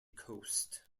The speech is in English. coast